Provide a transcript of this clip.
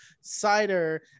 cider